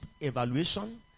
evaluation